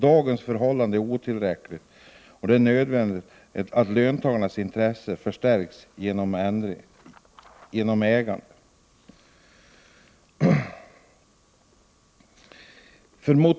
Dagens förhållanden är otillfredsställande, och det är nödvändigt att löntagarnas intressen förstärks gentemot ägarna.